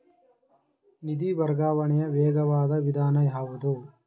ನಿಧಿ ವರ್ಗಾವಣೆಯ ವೇಗವಾದ ವಿಧಾನ ಯಾವುದು?